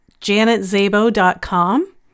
janetzabo.com